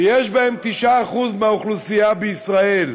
ויש בהן 9% מהאוכלוסייה בישראל.